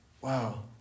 Wow